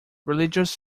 religious